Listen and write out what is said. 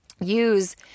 use